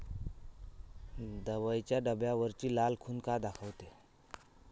दवाईच्या डब्यावरची लाल खून का दाखवते?